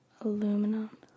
aluminum